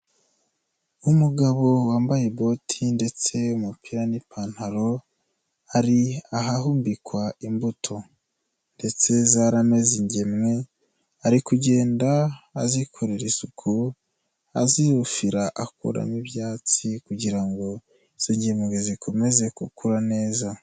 Umugabo wambaye boti ndetse umupira n'ipantaro ari ahahumbikwa imbuto ndetse zarameze ingemwe ari kugenda azikorera isuku azufira akuramo ibyatsi kugira izo ngemwe zikomeze gukura neza.